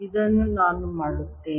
ಇದನ್ನು ನಾನು ಮಾಡುತ್ತೇನೆ